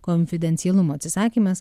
konfidencialumo atsisakymas